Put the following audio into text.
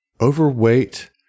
overweight